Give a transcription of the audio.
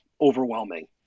overwhelming